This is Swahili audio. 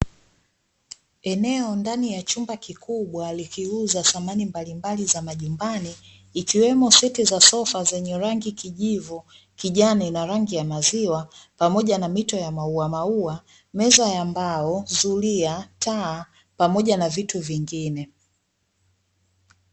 Eneo ndani ya chumba kikubwa, likiuza samani mbalimbali za majumbani ikiwemo seti za sofa zenye rangi kijivu, kijani, na rangi ya maziwa pamoja na mito ya maua maua, meza ya mbao, zulia, taa, pamoja na vitu vingine.